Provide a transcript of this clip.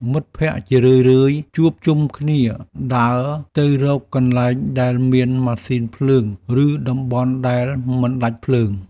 មិត្តភក្តិជារឿយៗជួបជុំគ្នាដើរទៅរកកន្លែងដែលមានម៉ាស៊ីនភ្លើង ឬតំបន់ដែលមិនដាច់ភ្លើង។